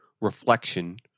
reflection